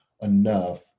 enough